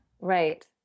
Right